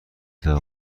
توقف